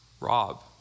Rob